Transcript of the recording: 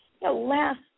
last